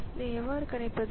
இதை எவ்வாறு கணிப்பது